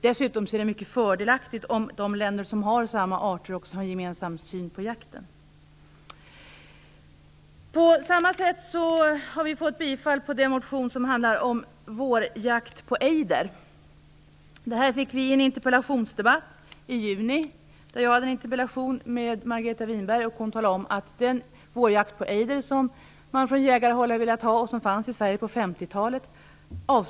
Dessutom är det mycket fördelaktigt om de länder som har samma arter också har en gemensam syn på jakten. På samma sätt har vi fått bifall när det gäller den motion som handlar om vårjakt på ejder. I juni hade jag en interpellationsdebatt med Margareta Winberg där hon talade om att hon inte avsåg att införa den vårjakt på ejder som jägarna har velat ha och som fanns i Sverige på 50-talet.